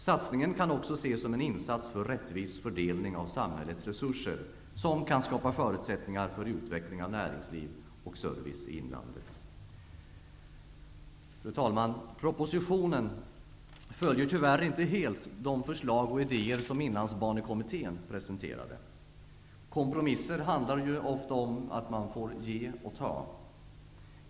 Satsningen kan också ses som en insats för rättvis fördelning av samhällets resurser som kan skapa förutsättningar för utveckling av näringsliv och service i inlandet. Fru talman! Propositionen följer tyvärr inte helt de förslag och idéer som Inlandsbanekommittén presenterade. Kompromisser handlar ju om att ge och ta.